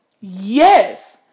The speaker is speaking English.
Yes